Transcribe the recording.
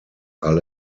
are